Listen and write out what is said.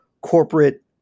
corporate